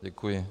Děkuji.